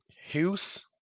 Hughes